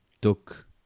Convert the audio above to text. took